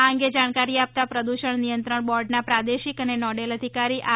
આ અંગે જાણકારી આપતાં પ્રદૂષણ નિયંત્રણ બોર્ડનાં પ્રાદેશિક અને નોડલ અઘિકારી આર